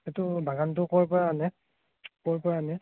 এইটো বাগানটো ক'ৰ পৰা আনে ক'ৰ পৰা আনে